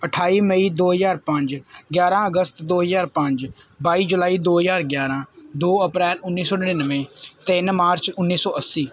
ਅਠਾਈ ਮਈ ਦੋ ਹਜ਼ਾਰ ਪੰਜ ਗਿਆਰ੍ਹਾਂ ਅਗਸਤ ਦੋ ਹਜ਼ਾਰ ਪੰਜ ਬਾਈ ਜੁਲਾਈ ਦੋ ਹਜ਼ਾਰ ਗਿਆਰ੍ਹਾਂ ਦੋ ਅਪ੍ਰੈਲ ਉੱਨੀ ਸੌ ਨੜ੍ਹਿਨਵੇਂ ਤਿੰਨ ਮਾਰਚ ਉੱਨੀ ਸੌ ਅੱਸੀ